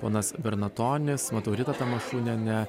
ponas bernatonis matau ritą tamašūnienę